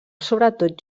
sobretot